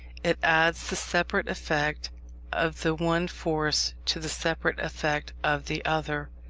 it adds the separate effect of the one force to the separate effect of the other,